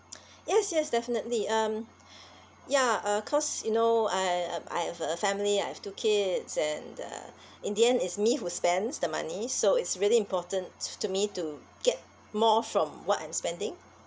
yes yes definitely um ya uh cause you know I um I have a family I have two kids and uh in the end it's me who spends the money so it's really important to me to get more from what I'm spending